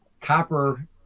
copper